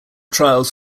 trials